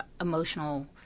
emotional